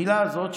המילה הזאת,